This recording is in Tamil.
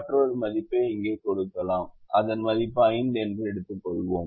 மற்றொரு மதிப்பை இங்கே கொடுக்கலாம் அதன் மதிப்பு 5 என்று வைத்துக்கொள்வோம்